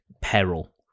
peril